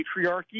patriarchy